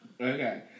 Okay